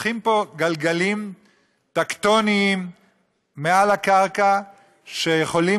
הולכים פה גלגלים טקטוניים מעל הקרקע שיכולים